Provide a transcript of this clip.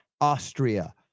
Austria